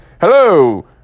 Hello